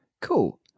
cool